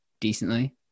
decently